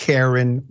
Karen